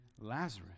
Lazarus